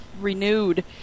renewed